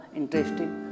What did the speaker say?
interesting